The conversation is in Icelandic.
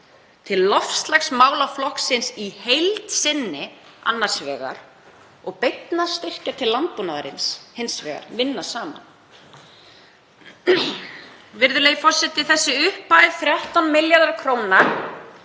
til loftslagsmálaflokksins í heild sinni annars vegar og beinna styrkja til landbúnaðarins hins vegar, vinna saman. Virðulegi forseti. Þessi upphæð, 13 milljarðar kr.,